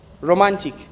romantic